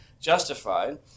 justified